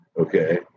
Okay